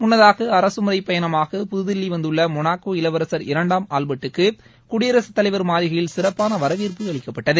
முன்னதாக அரசுமுறை பயணமாக புதுதில்லி வந்துள்ள மோனாக்கோ இளவரசர் இரண்டாம் ஆஸ்பர்ட் க்கு குடியரசுத் தலைவர் மாளிகையில் சிறப்பான வரவேற்பு அளிக்கப்பட்டது